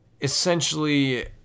essentially